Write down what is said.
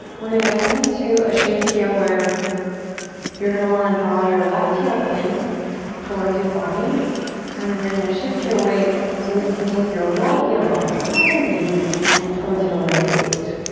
we're gonna come into a shape here where you're gonna want to draw your left heel in towards your body and then you're gonna shift your weight so that you can take your right heel behind you and towards your right glute.